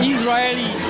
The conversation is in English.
Israeli